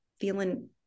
feeling